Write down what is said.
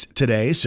today